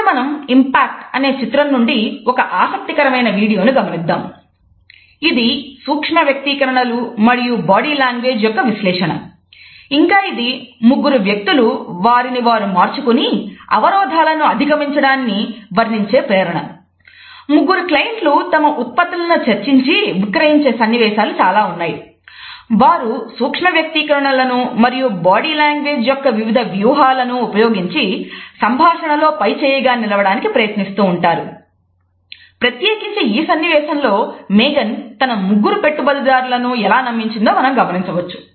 ఇప్పుడు మనం ఇంపాక్ట్ తన ముగ్గురు పెట్టుబడిదారులను ఎలా నమ్మించిందో మనం గమనించవచ్చు